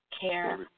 care